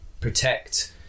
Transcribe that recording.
protect